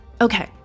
Okay